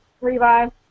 Revive